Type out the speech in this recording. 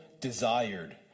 desired